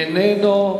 איננו.